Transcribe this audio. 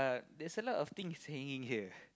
there's a lot of things staying in here